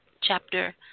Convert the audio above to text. chapter